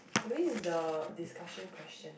but it is the discussion question